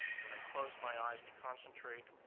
and i closed my eyes to concentrate,